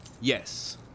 Yes